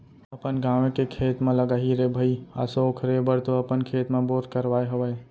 अपन गाँवे के खेत म लगाही रे भई आसो ओखरे बर तो अपन खेत म बोर करवाय हवय